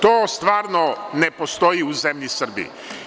To stvarno ne postoji u zemlji Srbiji.